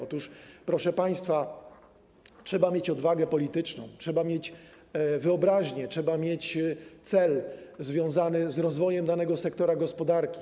Otóż, proszę państwa, trzeba mieć odwagę polityczną, trzeba mieć wyobraźnię, trzeba mieć cel związany z rozwojem danego sektora gospodarki.